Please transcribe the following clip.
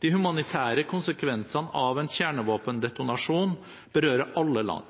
De humanitære konsekvensene av en kjernevåpendetonasjon berører alle land.